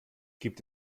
gibt